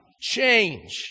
change